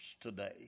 today